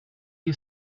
you